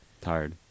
tired